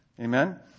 Amen